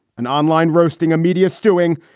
an online roasting, a media stewing,